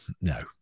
no